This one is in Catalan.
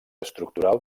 estructural